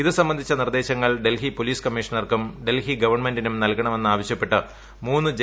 ഇത് സംബന്ധിച്ച നിർദ്ദേശങ്ങൾ ഡൽഫ്യൂ പൊലീസ് കമ്മീഷണർക്കും ഡൽഹി ഗവൺമെന്റിനും നൽക്ണ്മെന്നാവശ്യപ്പെട്ട് മൂന്ന് ജെ